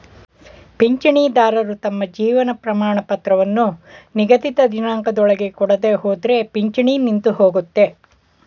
ಪಿಂಚಣಿದಾರರು ತಮ್ಮ ಜೀವನ ಪ್ರಮಾಣಪತ್ರವನ್ನು ನಿಗದಿತ ದಿನಾಂಕದೊಳಗೆ ಕೊಡದೆಹೋದ್ರೆ ಪಿಂಚಣಿ ನಿಂತುಹೋಗುತ್ತೆ